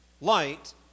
light